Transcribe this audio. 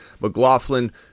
McLaughlin